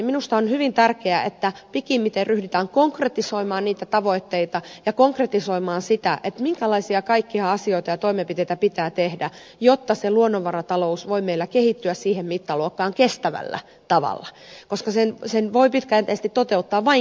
minusta on hyvin tärkeää että pikimmiten ryhdytään konkretisoimaan niitä tavoitteita ja konkretisoimaan sitä minkälaisia kaikkia asioita ja toimenpiteitä pitää tehdä jotta se luonnonvaratalous voi meillä kehittyä siihen mittaluokkaan kestävällä tavalla koska sen voi pitkäjänteisesti toteuttaa vain kestävästi